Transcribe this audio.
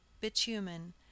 bitumen